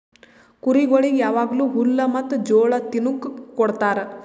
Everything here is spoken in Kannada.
ಕುರಿಗೊಳಿಗ್ ಯಾವಾಗ್ಲೂ ಹುಲ್ಲ ಮತ್ತ್ ಜೋಳ ತಿನುಕ್ ಕೊಡ್ತಾರ